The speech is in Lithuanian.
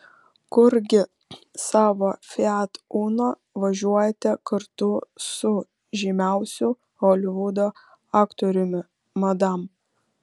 kurgi savo fiat uno važiuojate kartu su žymiausiu holivudo aktoriumi madam